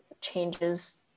changes